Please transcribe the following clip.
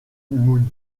moon